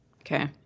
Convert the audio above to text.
Okay